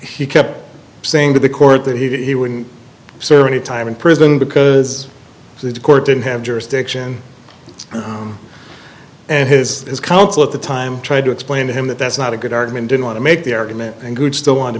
he kept saying to the court that he wouldn't serve any time in prison because the court didn't have jurisdiction and his counsel at the time tried to explain to him that that's not a good argument didn't want to make the argument and good still want to